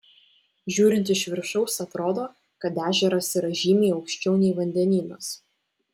žiūrint iš viršaus atrodo kad ežeras yra žymiai aukščiau nei vandenynas